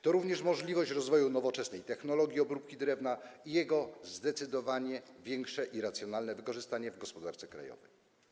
To również możliwość rozwoju nowoczesnych technologii obróbki drewna i jego zdecydowanie większe i racjonalne wykorzystanie w gospodarce krajowej.